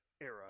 era